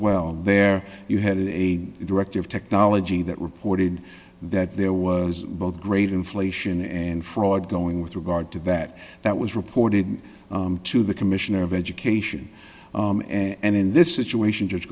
well there you had a director of technology that reported that there was both grade inflation and fraud going with regard to that that was reported to the commissioner of education and in this situation just